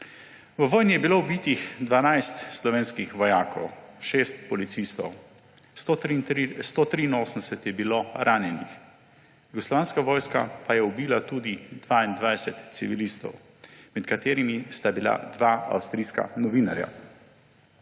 V vojni je bilo ubitih 12 slovenskih vojakov, 6 policistov, 183 je bilo ranjenih. Jugoslovanska vojska pa je ubila tudi 22 civilistov, med katerimi sta bila dva avstrijska novinarja.